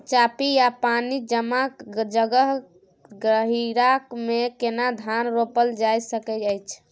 चापि या पानी जमा जगह, गहिरका मे केना धान रोपल जा सकै अछि?